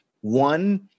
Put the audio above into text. one